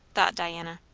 thought diana.